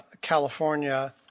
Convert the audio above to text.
California